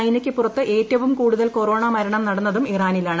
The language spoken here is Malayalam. ചൈനയ്ക്ക് പുറത്ത് ഏറ്റവും കൂടുതൽ കൊറോണ മരണം നടന്നതും ഇറാനിലാണ്